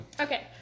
okay